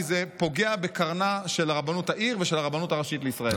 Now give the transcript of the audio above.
כי זה פוגע בקרנה של רבנות העיר ושל הרבנות הראשית לישראל.